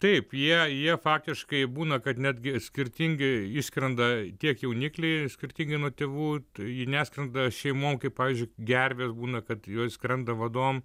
taip jie jie faktiškai būna kad netgi skirtingai išskrenda tiek jaunikliai skirtingai nuo tėvų neskrenda šeimom kaip pavyzdžiui gervės būna kad jos skrenda vadom